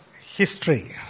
history